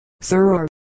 sir